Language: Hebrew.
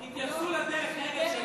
אולי תתייחסו לדרך ארץ שלו.